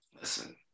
Listen